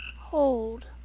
Hold